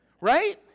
Right